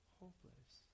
hopeless